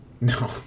No